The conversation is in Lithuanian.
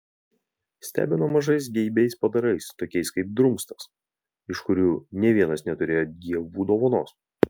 stebino mažais geibiais padarais tokiais kaip drumstas iš kurių nė vienas neturėjo dievų dovanos